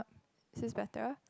is this better